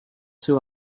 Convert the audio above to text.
two